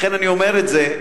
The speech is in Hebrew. לכן אני אומר את זה.